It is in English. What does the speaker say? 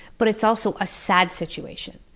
but it's also a sad situation,